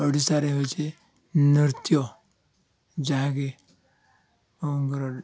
ଓଡ଼ିଶାରେ ହେଉଛି ନୃତ୍ୟ ଯାହାକି ଙ୍କର